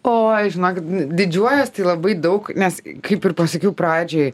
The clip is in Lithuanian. oi žinokit didžiuojuos tai labai daug nes kaip ir pasakiau pradžioj